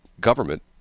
government